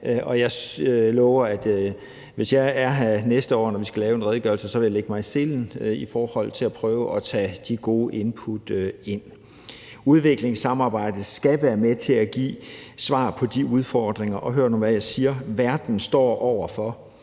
og jeg lover, at hvis jeg er her næste år, når der skal laves en redegørelse, vil jeg lægge mig i selen for at prøve at tage de gode input ind. Udviklingssamarbejdet skal være med til at give svar på de udfordringer – og hør nu, hvad jeg siger – verden står over for,